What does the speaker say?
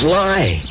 lie